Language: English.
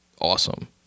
awesome